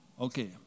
okay